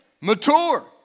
Mature